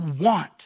want